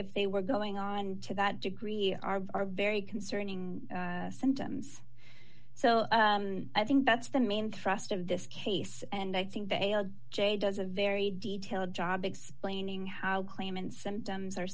if they were going on to that degree are very concerning symptoms so i think that's the main thrust of this case and i think they are j does a very detailed job explaining how claimants symptoms are